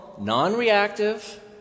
non-reactive